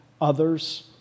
others